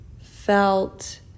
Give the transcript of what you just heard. felt